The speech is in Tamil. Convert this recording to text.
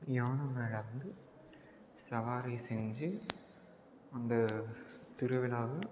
யானை மேலே வந்து சவாரி செஞ்சு அந்த திருவிழாவை